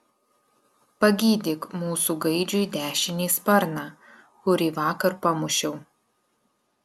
pagydyk mūsų gaidžiui dešinį sparną kurį vakar pamušiau